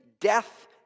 death